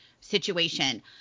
situation